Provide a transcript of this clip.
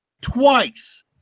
twice